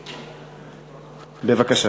בבקשה.